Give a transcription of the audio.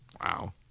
Wow